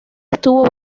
estuvo